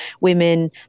women